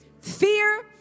Fear